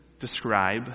describe